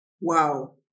Wow